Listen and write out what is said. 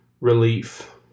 relief